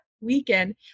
weekend